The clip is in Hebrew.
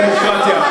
הדמוקרטיה.